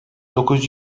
dokuz